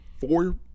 four